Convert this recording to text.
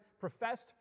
professed